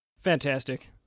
Fantastic